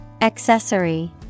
Accessory